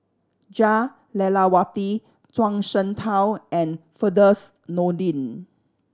Jah Lelawati Zhuang Shengtao and Firdaus Nordin